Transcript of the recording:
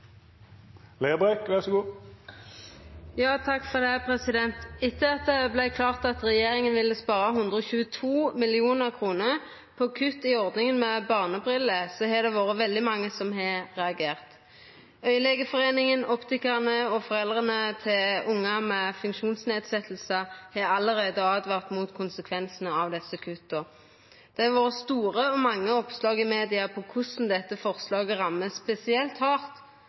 Tvert om så må vi fortsatt intensivere arbeidet for å få bukt med useriøse aktører i arbeidslivet. Etter at det vart klart at regjeringa ville spara 122 mill. kr på kutt i ordninga med barnebriller, har det vore veldig mange som har reagert. Augelegeforeininga, optikarane og foreldre til ungar med nedsett funksjonsevne har allereie åtvara mot konsekvensane av desse kutta. Det har vore store og mange oppslag i media om korleis dette forslaget vil ramma spesielt